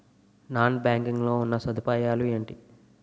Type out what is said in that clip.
Non banking లో ఉన్నా సదుపాయాలు ఎంటి?